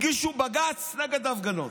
הגישו בג"ץ נגד ההפגנות.